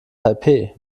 taipeh